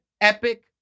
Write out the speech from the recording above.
epic